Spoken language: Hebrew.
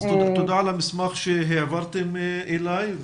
תודה על המסמך שהעברתם אלי.